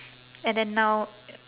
and then now